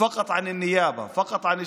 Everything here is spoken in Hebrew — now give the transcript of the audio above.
רק על הפרקליטות, רק על המשטרה.